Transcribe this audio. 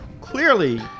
clearly